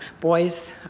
boys